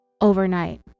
overnight